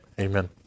Amen